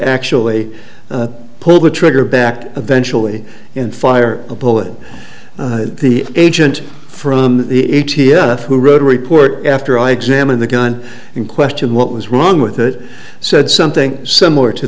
actually pull the trigger back eventually and fire a bullet the agent from the a t f who wrote a report after i examined the gun in question what was wrong with it said something similar to